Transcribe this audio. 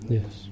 Yes